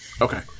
Okay